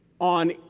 on